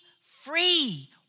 free